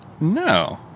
no